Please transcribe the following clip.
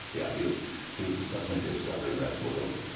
yeah he was he was suddenly discovering that world.